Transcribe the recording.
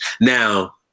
now